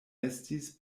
estis